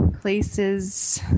places